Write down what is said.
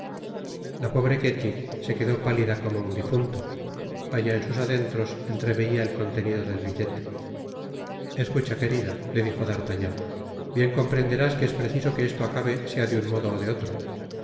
la pobre kelty se quedó pálida como un difunto allá en sus adentros entreveia el coutenido del billete escucha querida le dijo d'artagnan bien comprenderás que es preciso que esto acabe sea de un modo ó de otro